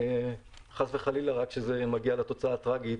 רק כשזה מגיע לתוצאה טרגית,